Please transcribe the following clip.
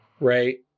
right